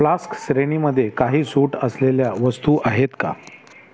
flask श्रेणीमध्ये काही सूट असलेल्या वस्तू आहेत का